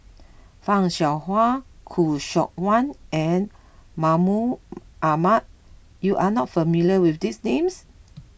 Fan Shao Hua Khoo Seok Wan and Mahmud Ahmad you are not familiar with these names